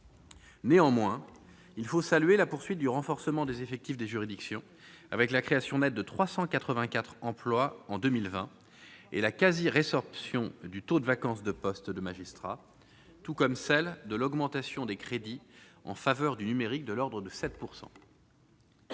Néanmoins, il faut saluer la poursuite du renforcement des effectifs des juridictions, avec la création nette de 384 emplois en 2020 et la quasi-résorption du taux de vacance de postes de magistrats, tout comme celle de l'augmentation des crédits en faveur du numérique, de l'ordre de 7